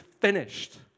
finished